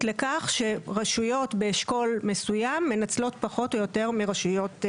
לכך שרשויות באשכול מסוים מנצלות פחות או יותר מרשויות אחרות.